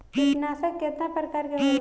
कीटनाशक केतना प्रकार के होला?